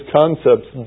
concepts